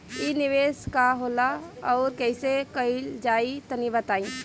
इ निवेस का होला अउर कइसे कइल जाई तनि बताईं?